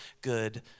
good